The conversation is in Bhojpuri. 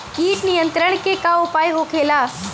कीट नियंत्रण के का उपाय होखेला?